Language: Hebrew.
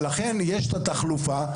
לכן יש את התחלופה,